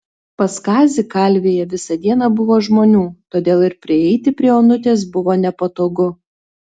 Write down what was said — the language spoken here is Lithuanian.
pas kazį kalvėje visą dieną buvo žmonių todėl ir prieiti prie onutės buvo nepatogu